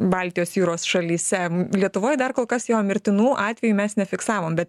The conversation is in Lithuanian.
baltijos jūros šalyse lietuvoj dar kol kas jo mirtinų atvejų mes nefiksavom bet